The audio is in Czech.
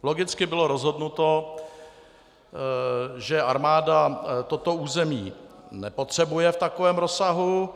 Logicky bylo rozhodnuto, že armáda toto území nepotřebuje v takovém rozsahu.